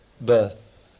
birth